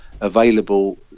available